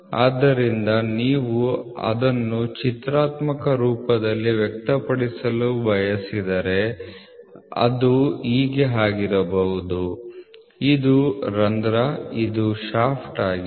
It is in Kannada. ಆದ್ದರಿಂದ ನೀವು ಅದನ್ನು ಚಿತ್ರಾತ್ಮಕ ರೂಪದಲ್ಲಿ ವ್ಯಕ್ತಪಡಿಸಲು ಬಯಸಿದರೆ ಇದು ರಂಧ್ರ ಇದು ಶಾಫ್ಟ್ ಆಗಿದೆ